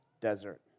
desert